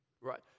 right